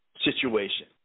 situation